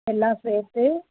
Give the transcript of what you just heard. எல்லாம் சேர்த்து